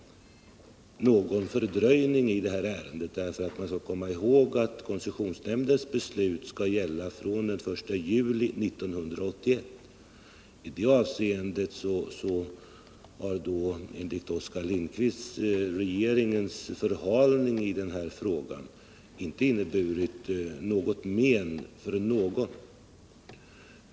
Vi skall komma ihåg att koncessionsnämndens beslut gäller från den 1 juli 1981. I det avseendet har därför regeringens förhalning i den här frågan, som Oskar Lindkvist uttrycker det, inte varit till men för någon.